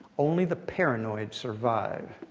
only the paranoid survive.